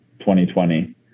2020